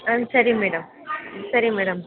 ಹಾಂ ಸರಿ ಮೇಡಮ್ ಸರಿ ಮೇಡಮ್